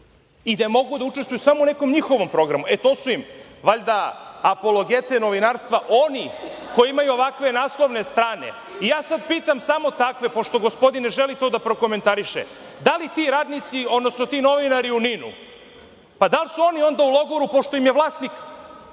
i gde mogu da učestvuju samo u nekom njihovom programu. To su im valjda apologete novinarstva oni koji imaju ovakve naslovne strane. Sada pitam samo takve, pošto gospodin ne želi to da prokomentariše – da li ti radnici, odnosno ti novinari u NIN-u, da li su oni onda u logoru, pošto im je vlasnik,